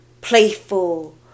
playful